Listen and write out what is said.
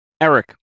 Eric